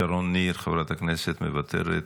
שרון ניר חברת הכנסת, מוותרת,